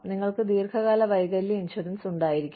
നിങ്ങൾക്ക് ദീർഘകാല വൈകല്യ ഇൻഷുറൻസ് ഉണ്ടായിരിക്കാം